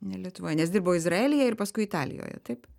ne lietuvoj nes dirbo izraelyje ir paskui italijoje taip